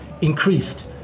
increased